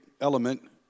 element